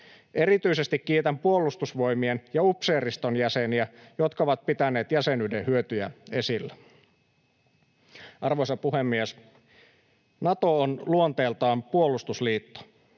Erityisesti kiitän Puolustusvoimien ja upseeriston jäseniä, jotka ovat pitäneet jäsenyyden hyötyjä esillä. Arvoisa puhemies! Nato on luonteeltaan puolustusliitto